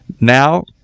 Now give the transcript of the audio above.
Now